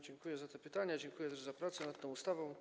Dziękuję za te pytania, dziękuję też za pracę nad tą ustawą.